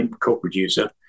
co-producer